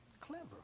Clever